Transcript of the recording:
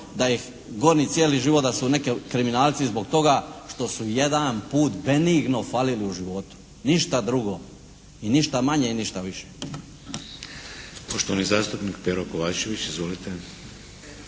da ih goni cijeli život da su neki kriminalci zbog toga što su jedan put benigno falili u životu, ništa drugo i ništa manje ni ništa više.